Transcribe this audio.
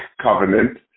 covenant